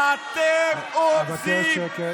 אבקש שקט.